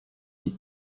des